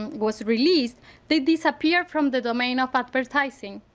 was released they disappeared from the domain of advertising.